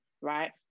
right